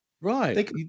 right